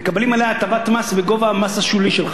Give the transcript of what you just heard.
מקבלים עליה הטבת מס בגובה המס השולי שלך.